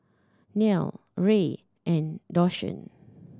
Nile Rey and Deshawn